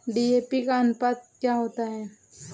DAP का अनुपात क्या होता है?